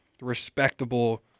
respectable